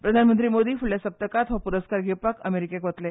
प्रधानमंत्री मोदी फुडल्या सप्तकांत हो पुरस्कार घेवपाक अमेरिकेक वतले